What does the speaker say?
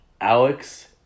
Alex